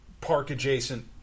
park-adjacent